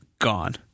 gone